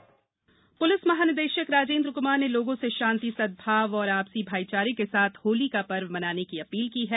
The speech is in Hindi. अपील होली पुलिस महानिदेशक राजेन्द्र कुमार ने लोगों से शांति सदभाव और आपसी भाई चारे के साथ होली पर्व मनाने की अपील की है